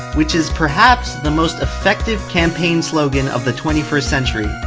which is perhaps the most effective campaign slogan of the twenty first century.